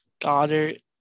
Goddard